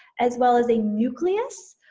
as well as a nucleus,